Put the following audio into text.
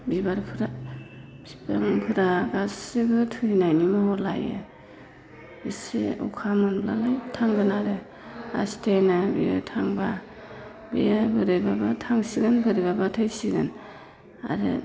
बिबारफोरा बिफांफोरा गासैबो थैनायनि महर लायो एसे अखा मोनब्लानो थांगोन आरो आस्थेनो बेयो थांबा बेयो बोरैबाब्ला थांसिगोन बोरैबाब्ला थैसिगोन आरो